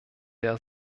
der